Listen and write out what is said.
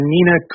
Nina